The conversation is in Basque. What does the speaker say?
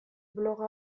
blog